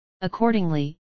Accordingly